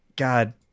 god